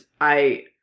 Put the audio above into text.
I-